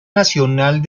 nacional